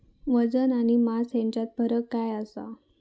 वजन आणि मास हेच्यात फरक काय आसा?